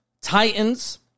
Titans